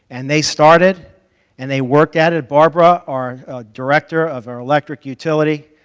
and they started and they worked at it. barbara, our director of our electric utility,